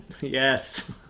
Yes